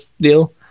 deal